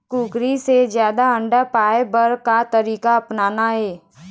कुकरी से जादा अंडा पाय बर का तरीका अपनाना ये?